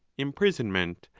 imprisonment,